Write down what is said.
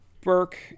Burke